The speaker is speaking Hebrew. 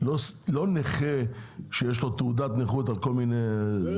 לא נכה שיש לו תעודת נכות על כל מיני סיבות,